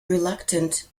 reluctant